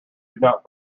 not